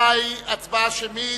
הצבעה אישית,